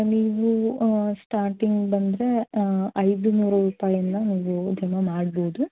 ನೀವು ಸ್ಟಾರ್ಟಿಂಗ್ ಬಂದರೆ ಐದು ನೂರು ರೂಪಾಯನ್ನು ನೀವು ಜಮಾ ಮಾಡ್ಬೋದು